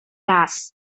raz